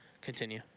Continue